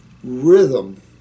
rhythm